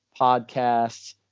podcasts